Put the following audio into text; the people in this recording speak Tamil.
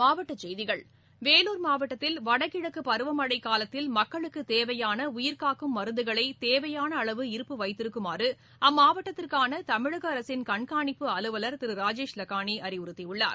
மாவட்ட செய்திகள் வேலூர் மாவட்டத்தில் வடகிழக்கு பருவமழை காலத்தில் மக்களுக்கு தேவையான உயிர் காக்கும் மருந்துகளை தேவையான அளவு இருப்பு வைத்திருக்குமாறு அம்மாவட்டத்திற்கான தமிழக அரசின் கண்காணிப்பு அலுவலர் திரு ராஜேஷ் லக்கானி அறிவுறுத்தியுள்ளார்